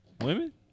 Women